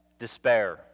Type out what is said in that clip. Despair